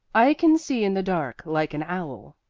i can see in the dark like an owl,